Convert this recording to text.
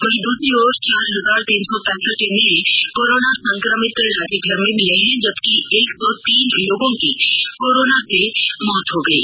वहीं दूसरी ओर चार हजार तीन सौ पैंसठ नये कोरोना संकमित राज्यभर में मिले हैं जबकि एक सौ तीन लोगों की कोरोना से मौत हो गयी